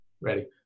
Ready